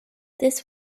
this